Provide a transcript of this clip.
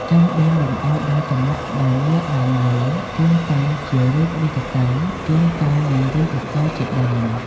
ចុងដងលម្អដោយចម្លាក់ក្បាលនាគឡើងលើ ជួនកាល ជារូបរាជសីហ៍ ជួនកាលរូបមករជាដើម។